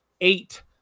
eight